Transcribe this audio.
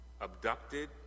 abducted